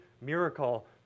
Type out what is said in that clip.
miracle